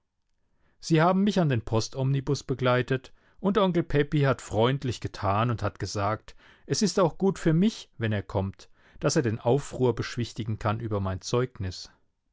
sie haben mich an den postomnibus begleitet und onkel pepi hat freundlich getan und hat gesagt es ist auch gut für mich wenn er kommt daß er den aufruhr beschwichtigen kann über mein zeugnis